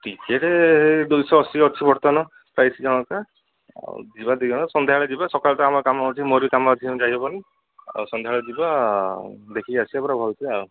ticket ଦୁଇ ଶହ ଅଶୀ ଅଛି ବର୍ତ୍ତମାନ ପ୍ରାଇସ୍ ଜଣକେ ଆଉ ଯିବା ଦୁଇ ଜଣ ସନ୍ଧ୍ୟାବେଳେ ଯିବା ସକାଳୁ ତ କାମ ଅଛି ମୋର ବି କାମ ଅଛି ସେମିତି ଯାଇ ହେବନି ଆଉ ସନ୍ଧ୍ୟାବେଳେ ଯିବା ଦେଖିକି ଆସିବା ପୁରା ଭଲସେ ଆଉ